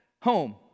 home